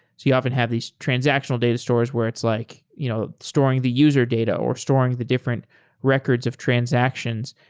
so you often have these transactional data stores where it's like you know storing the user data or storing the different records of transactions.